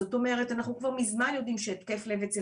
זאת אומרת שאנחנו כבר מזמן יודעים שהתקף לב אצל